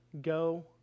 Go